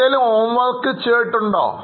എന്തെങ്കിലും home work ചെയ്തിട്ടുണ്ടോ